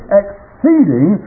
exceeding